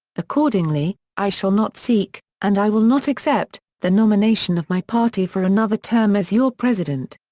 accordingly, i shall not seek, and i will not accept, the nomination of my party for another term as your president.